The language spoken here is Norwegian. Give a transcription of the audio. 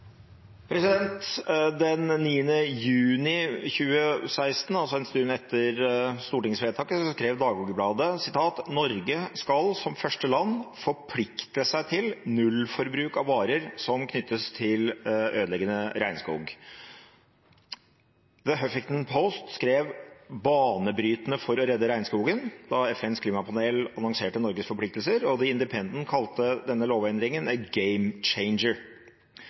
juni 2016, altså en stund etter stortingsvedtaket, skrev Dagbladet at «Norge, som første land i verden, skal forplikte seg til null-forbruk av varer som knyttes til ødelegging av regnskog». The Huffington Post skrev: Banebrytende for å redde regnskogen, da FNs klimapanel annonserte Norges forpliktelser, og The Independent kalte denne lovendringen